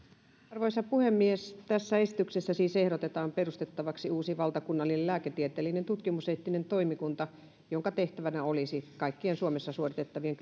arvoisa puhemies tässä esityksessä siis ehdotetaan perustettavaksi uusi valtakunnallinen lääketieteellinen tutkimuseettinen toimikunta jonka tehtävänä olisi kaikkien suomessa suoritettavien